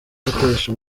gutesha